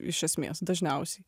iš esmės dažniausiai